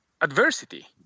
adversity